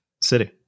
city